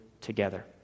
together